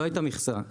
לא הייתה מכסה,